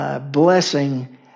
blessing